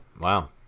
wow